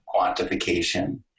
quantification